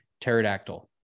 pterodactyl